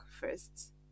first